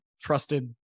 trusted